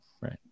right